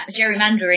gerrymandering